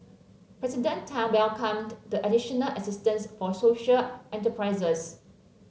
President Tan welcomed the additional assistance for social enterprises